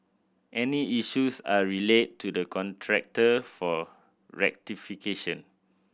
any issues are relayed to the contractor for rectification